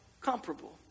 comparable